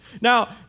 Now